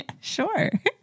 Sure